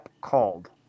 called